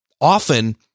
often